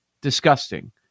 disgusting